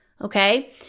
okay